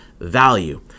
value